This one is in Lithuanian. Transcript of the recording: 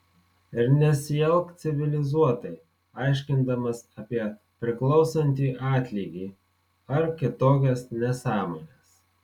ir nesielk civilizuotai aiškindamas apie priklausantį atlygį ar kitokias nesąmones